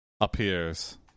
appears